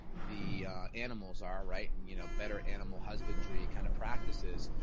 the animals are right and you know better animal husbandry kind of practices,